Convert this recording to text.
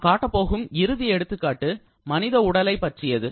நான் காட்டப்போகும் இறுதி எடுத்துக்காட்டு மனித உடலைப் பற்றியது